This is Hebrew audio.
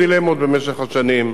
עכשיו, היו דילמות במשך השנים.